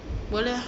boleh ah